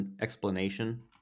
explanation